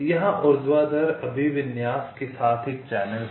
यहां ऊर्ध्वाधर अभिविन्यास के साथ एक चैनल है